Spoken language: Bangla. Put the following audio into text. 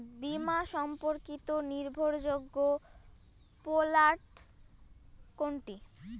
বীমা সম্পর্কিত নির্ভরযোগ্য পোর্টাল কোনটি?